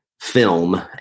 Film